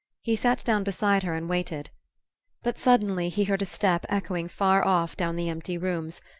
he sat down beside her and waited but suddenly he heard a step echoing far off down the empty rooms,